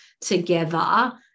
together